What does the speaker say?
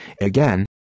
Again